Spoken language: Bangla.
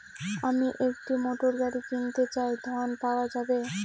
আমি একটি মোটরগাড়ি কিনতে চাই ঝণ পাওয়া যাবে?